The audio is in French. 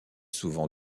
souvent